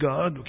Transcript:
God